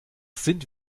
sind